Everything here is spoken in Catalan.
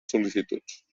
sol·licituds